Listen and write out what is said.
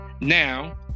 Now